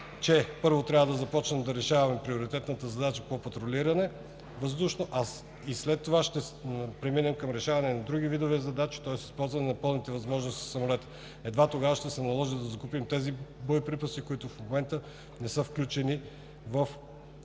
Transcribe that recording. че първо трябва да започнем да решаваме приоритетната задача по въздушно патрулиране и след това ще преминем към решаване на други видове задачи, тоест да използваме пълните възможности на самолета. Едва тогава ще се наложи да закупим тези боеприпаси, които в момента не са включени в